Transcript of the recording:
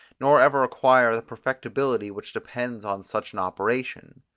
nor ever acquire the perfectibility which depends on such an operation.